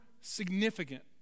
significant